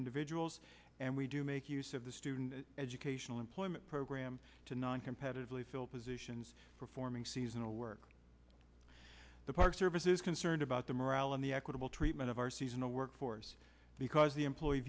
individuals and we do make use of the student educational employment program to noncompetitive fill positions performing seasonal work the park service is concerned about the morale in the equitable treatment of our seasonal workforce because the employee